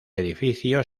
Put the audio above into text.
edificio